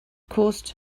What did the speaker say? caused